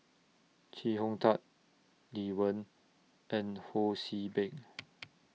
Chee Hong Tat Lee Wen and Ho See Beng